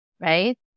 Right